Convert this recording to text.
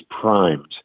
primed